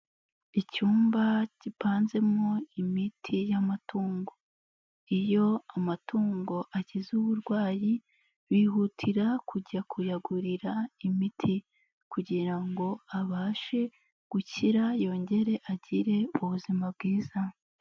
Icyumba gipanzemo imiti y'amatungo, iyo amatungo agize uburwayi bihutira kujya kuyagurira imiti kugira ngo abashe gukira yongere agire ubuzima bwiza.